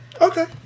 okay